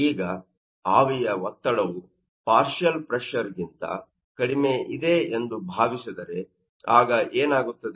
ಈಗ ಆವಿಯ ಒತ್ತಡವು ಪಾರ್ಷಿಯಲ್ ಪ್ರೆಶರ್ ಗಿಂತ ಕಡಿಮೆ ಇದೆ ಎಂದು ಭಾವಿಸಿದರೆ ಆಗ ಏನಾಗುತ್ತದೆ